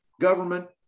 government